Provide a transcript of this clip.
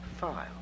file